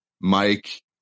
Mike